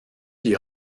die